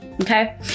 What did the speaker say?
Okay